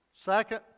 Second